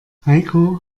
heiko